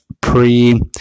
pre